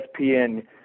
ESPN